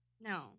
No